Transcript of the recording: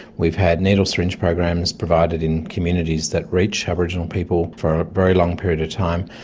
we've had needle syringe programs provided in communities that reach aboriginal people for a very long period of time.